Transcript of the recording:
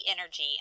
energy